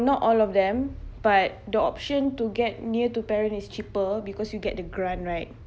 not all of them but the option to get near to parent is cheaper because you get the grant right